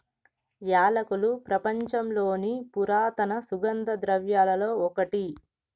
యాలకులు ప్రపంచంలోని పురాతన సుగంధ ద్రవ్యలలో ఒకటి